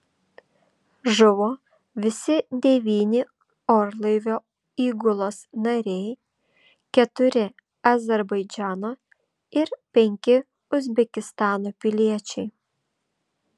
žuvo visi devyni orlaivio įgulos nariai keturi azerbaidžano ir penki uzbekistano piliečiai